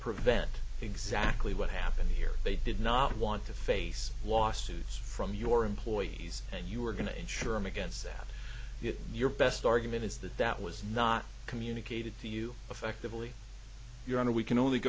prevent exactly what happened here they did not want to face lawsuits from your employees and you were going to ensure i'm against that your best argument is that that was not communicated to you effectively your honor we can only